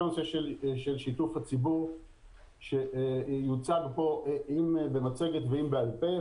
כל הנושא של שיתוף הציבור שיוצג פה במצגת או בעל-פה,